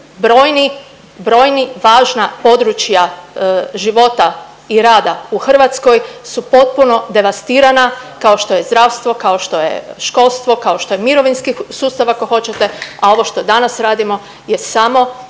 brojni, brojni, važna područja života i rada u Hrvatskoj su potpuno devastirana, kao što je zdravstvo, kao što je školstvo, kao što je mirovinski sustav, ako hoćete, a ovo što danas radimo je samo